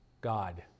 God